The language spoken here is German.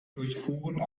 durchfuhren